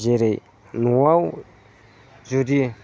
जेरै न'आव जुदि